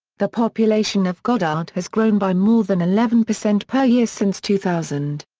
the population of goddard has grown by more than eleven percent per year since two thousand.